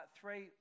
Three